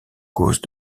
cause